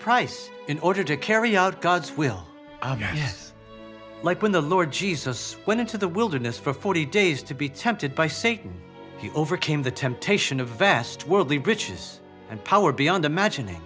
price in order to carry out god's will like when the lord jesus went into the wilderness for forty days to be tempted by satan he overcame the temptation a vast worldly riches and power beyond imagining